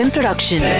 Production